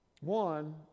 one